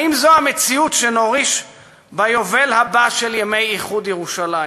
האם זו המציאות שנוריש ביובל הבא של ימי איחוד ירושלים?